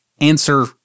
answer